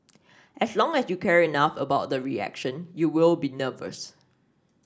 as long as you care enough about the reaction you will be nervous